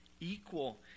Equal